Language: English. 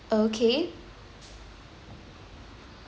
okay